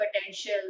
potential